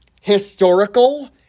historical